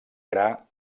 gra